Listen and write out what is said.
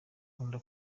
nkunda